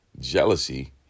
jealousy